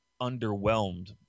underwhelmed